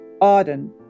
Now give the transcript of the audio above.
Auden